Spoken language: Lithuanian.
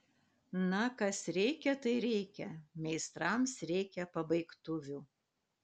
na kas reikia tai reikia meistrams reikia pabaigtuvių